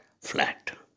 flat